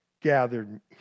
gathered